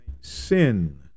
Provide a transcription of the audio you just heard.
sin